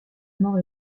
mort